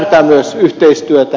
tarvitaan myös yhteistyötä